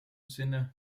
sinne